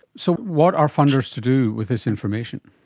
so what are funders to do with this information?